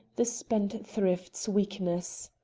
the spendthrift's weakness.